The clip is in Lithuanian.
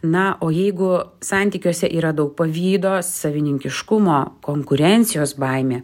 na o jeigu santykiuose yra daug pavydo savininkiškumo konkurencijos baimė